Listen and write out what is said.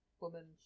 woman